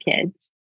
kids